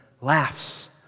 laughs